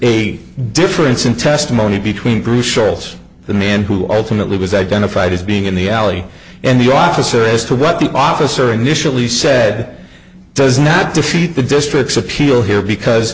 a difference in testimony between bruce shoals the man who ultimately was identified as being in the alley and the officer as to what the officer initially said does not defeat the district's appeal here because